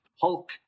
Hulk